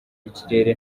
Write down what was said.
ikirere